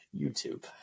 YouTube